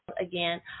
again